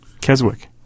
Keswick